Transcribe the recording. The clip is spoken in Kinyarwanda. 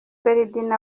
ferdinand